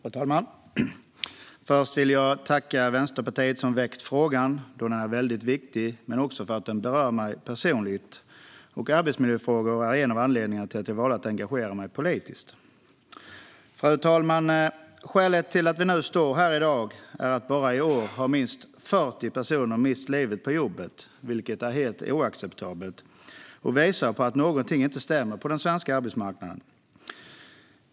Fru talman! Först vill jag tacka Vänsterpartiet som väckt frågan, då den är väldigt viktig men också för att den berör mig personligen. Arbetsmiljöfrågor är en av anledningarna till att jag valde att engagera mig politiskt. Fru talman! Skälet till att vi står här i dag är att bara i år har minst 40 personer mist livet på jobbet, vilket är helt oacceptabelt och visar på att någonting inte stämmer på den svenska arbetsmarknaden.